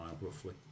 roughly